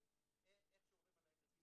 חשוב להגיד,